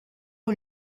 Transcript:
aux